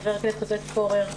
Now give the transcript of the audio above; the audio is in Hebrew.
חבר הכנסת עודד פורר,